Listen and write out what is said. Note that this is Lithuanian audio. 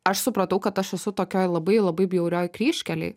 aš supratau kad aš esu tokioj labai labai bjaurioj kryžkelėj